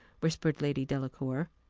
whispered lady delacour.